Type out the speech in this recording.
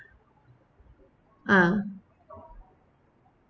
ah